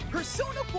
Persona